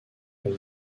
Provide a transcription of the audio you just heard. elle